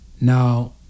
Now